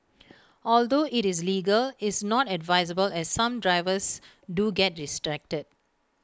although IT is legal is not advisable as some drivers do get distracted